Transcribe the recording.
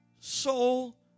soul